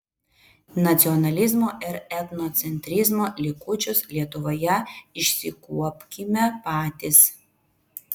nacionalizmo ir etnocentrizmo likučius lietuvoje išsikuopkime patys